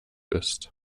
ist